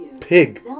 pig